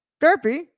Derpy